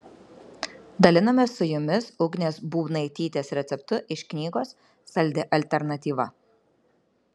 dalinamės su jumis ugnės būbnaitytės receptu iš knygos saldi alternatyva